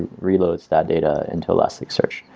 reloads that data into elasticsearch.